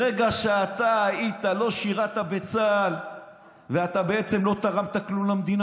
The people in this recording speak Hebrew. ברגע שאתה לא שירת בצה"ל ואתה בעצם לא תרמת כלום למדינה,